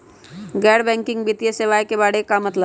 गैर बैंकिंग वित्तीय सेवाए के बारे का मतलब?